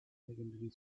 secondary